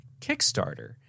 Kickstarter